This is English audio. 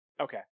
Okay